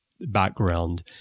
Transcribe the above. background